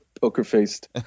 poker-faced